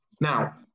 Now